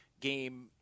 game